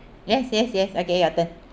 yes yes yes okay your turn